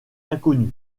inconnue